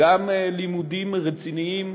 גם לימודים רציניים,